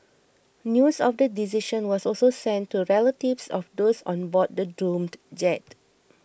news of the decision was also sent to relatives of those on board the doomed jet